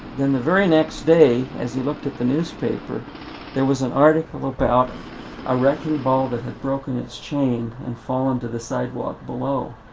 then the very next day as he looked at the newspaper there was an article about a wrecking ball that had broken its chain and fallen to the sidewalk below.